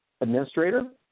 administrator